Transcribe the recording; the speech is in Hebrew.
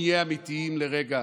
בואו נהיה אמיתיים לרגע.